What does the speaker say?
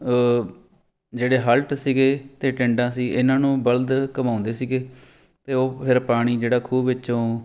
ਜਿਹੜੇ ਹਲਟ ਸੀਗੇ ਅਤੇ ਟਿੰਡਾਂ ਸੀ ਇਹਨਾਂ ਨੂੰ ਬਲਦ ਘੁੰਮਾਉਂਦੇ ਸੀਗੇ ਅਤੇ ਉਹ ਫਿਰ ਪਾਣੀ ਜਿਹੜਾ ਖੂਹ ਵਿੱਚੋਂ